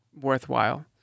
worthwhile